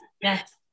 Yes